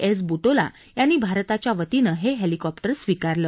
S Butola यांनी भारताच्या वतीनं हे हेलिकॉप्टर स्वीकारलं